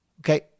okay